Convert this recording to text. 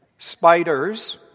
Spiders